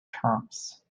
terms